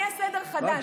יהיה סדר חדש,